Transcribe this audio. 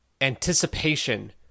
anticipation